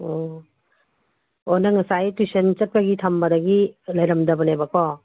ꯑꯣ ꯑꯣ ꯅꯪ ꯉꯁꯥꯏ ꯇꯨꯏꯁꯟ ꯆꯠꯄꯒꯤ ꯊꯝꯕꯗꯒꯤ ꯂꯩꯔꯝꯗꯕꯅꯦꯕ ꯀꯣ